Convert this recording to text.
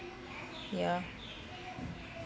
yeah